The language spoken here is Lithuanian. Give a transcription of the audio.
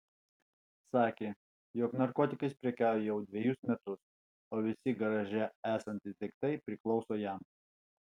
sakė jog narkotikais prekiauja jau dvejus metus o visi garaže esantys daiktai priklauso jam